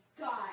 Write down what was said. god